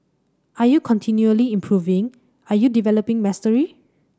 are you continually improving are you developing mastery